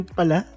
pala